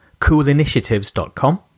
coolinitiatives.com